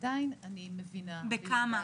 בכמה?